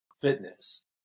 fitness